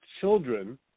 children